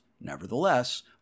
Nevertheless